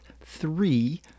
three